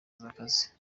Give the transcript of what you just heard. akazi